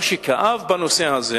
מה שכאב בנושא הזה,